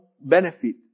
benefit